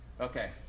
Okay